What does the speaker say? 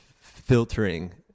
filtering